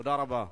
תודה רבה.